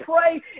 pray